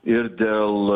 ir dėl